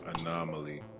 Anomaly